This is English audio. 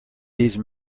these